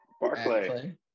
Barclay